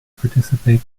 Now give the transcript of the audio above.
participate